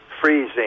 freezing